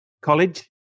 college